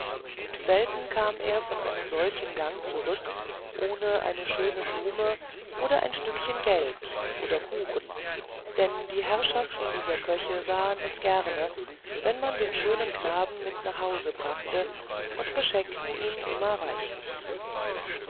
und selten kam er von einem solchen gang zurück ohne eine schöne blume oder ein stückchen geld oder kuchen denn die herrschaften dieser köche sahen es gerne wenn man den schönen knaben mit nach hause brachte und beschenkten ihn immer reichlich